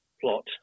plot